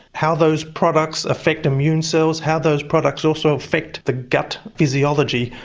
how those products affect immune cells, how those products also affect the gut physiology.